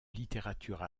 littérature